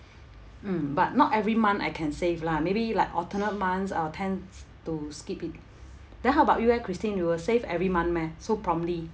mm but not every month I can save lah maybe like alternate months I'll tend s~ to skip it then how about you eh christine you will save every month meh so promptly